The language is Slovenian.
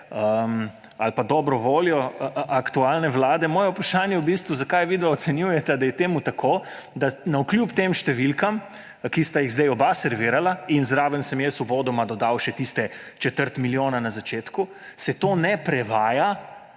ali pa dobro voljo aktualne vlade. Moje vprašanje je: Zakaj vidva ocenjujeta, da je temu tako, da navkljub tem številkam, ki sta jih zdaj oba servirala, in zraven sem jaz uvodoma dodal še četrt milijona na začetku, se to ne prevaja